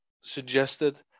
suggested